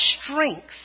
strength